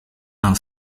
aan